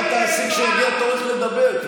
מה תעשי כשיגיע תורך לדבר?